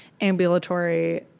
ambulatory